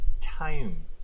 time